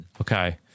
Okay